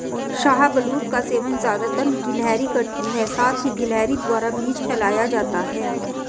शाहबलूत का सेवन ज़्यादातर गिलहरी करती है साथ ही गिलहरी द्वारा बीज फैलाया जाता है